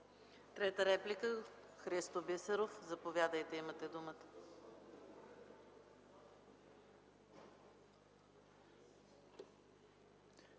Трета реплика – Христо Бисеров. Заповядайте, имате думата,